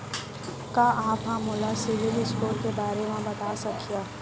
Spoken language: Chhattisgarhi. का आप हा मोला सिविल स्कोर के बारे मा बता सकिहा?